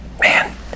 Man